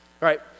right